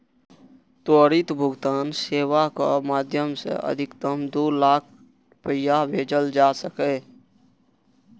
त्वरित भुगतान सेवाक माध्यम सं अधिकतम दू लाख रुपैया भेजल जा सकैए